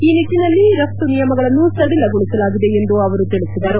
ಈ ನಿಟ್ಟಿನಲ್ಲಿ ರಫ್ತು ನಿಯಮಗಳನ್ನು ಸಡಿಲಗೊಳಿಸಲಾಗಿದೆ ಎಂದು ಅವರು ತಿಳಿಸಿದರು